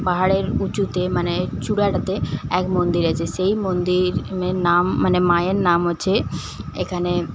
পাহাড়ের উঁচুতে মানে চুড়াটাতে এক মন্দির আছে সেই মন্দিরের নাম মানে মায়ের নাম হচ্ছে এখানে